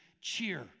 cheer